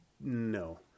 no